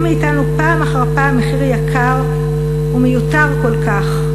מאתנו פעם אחר פעם מחיר יקר ומיותר כל כך.